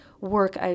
work